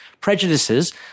prejudices